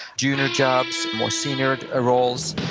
junior jobs, more senior ah roles,